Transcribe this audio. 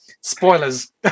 spoilers